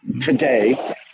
today